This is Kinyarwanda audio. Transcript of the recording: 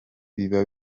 biba